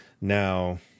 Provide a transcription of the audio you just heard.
Now